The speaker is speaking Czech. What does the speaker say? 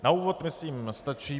Na úvod myslím stačí.